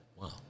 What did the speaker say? Wow